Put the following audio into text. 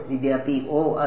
വിദ്യാർത്ഥി ഓ അത്